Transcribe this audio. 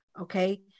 okay